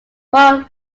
paul